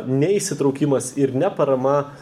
neįsitraukimas ir neparama